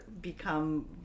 become